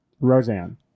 Roseanne